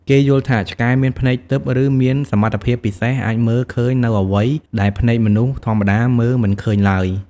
គេយល់ថាឆ្កែមានភ្នែកទិព្វ ឬមានសមត្ថភាពពិសេសអាចមើលឃើញនូវអ្វីដែលភ្នែកមនុស្សធម្មតាមើលមិនឃើញឡើយ។